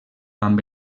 amb